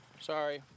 sorry